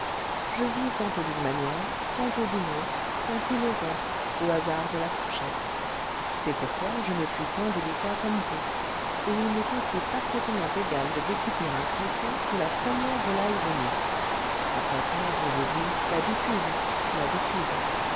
je vis tantôt d'une manière tantôt d'une autre en philosophe au hasard de la fourchette c'est pourquoi je ne suis point délicat comme vous et il m'est aussi parfaitement égal de découper un chrétien que la première volaille venue après ça direz-vous l'habitude l'habitude